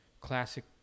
classic